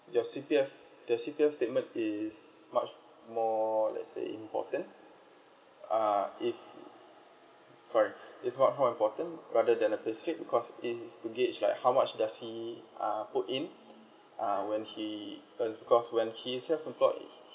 your C_P_F the C_P_F statement is much more let's say important uh if sorry it's much more important rather than the pay slip because it is to gauge like how much does he uh put in uh when he earns because when he's self employed